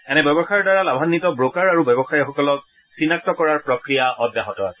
এনে ব্যৱসায়ৰ দ্বাৰা লাভান্বিত ব্ৰকাৰ আৰু ব্যৱসায়ীসকলক চিনাক্ত কৰাৰ প্ৰক্ৰিয়া অব্যাহত আছে